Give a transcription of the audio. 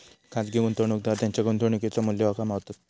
खाजगी गुंतवणूकदार त्येंच्या गुंतवणुकेचा मू्ल्य कमावतत